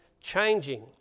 changing